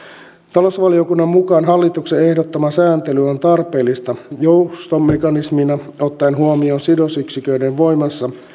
talousvaliokunnan mukaan hallituksen ehdottama sääntely on tarpeellista joustomekanismina ottaen huomioon sidosyksiköiden voimassa